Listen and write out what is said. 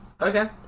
Okay